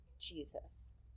Jesus